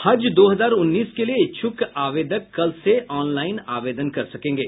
हज दो हजार उन्नीस के लिए इच्छुक आवेदक कल से ऑनलाइन आवेदन कर सकेगे